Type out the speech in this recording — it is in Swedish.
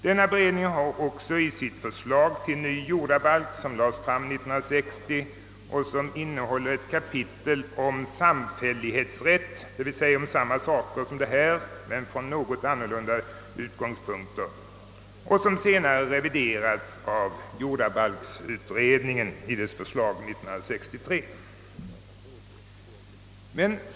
Denna beredning har också avgivit ett förslag till ny jordabalk, vilket lades fram 1960 och som innehåller ett kapitel om samfällighetsrätt, d. v. s. om samma saker som detta lagförslag handlar om men från något andra utgångspunkter. Detta har snarare reviderats av jordabalksutredningen i dess förslag 1963.